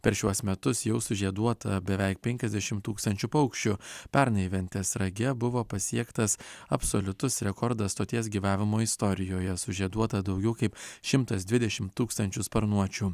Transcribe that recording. per šiuos metus jau sužieduota beveik penkiasdešim tūkstančių paukščių pernai ventės rage buvo pasiektas absoliutus rekordas stoties gyvavimo istorijoje sužieduota daugiau kaip šimtas dvidešim tūkstančių sparnuočių